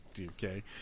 okay